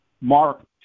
Mark